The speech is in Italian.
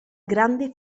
grande